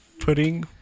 Pudding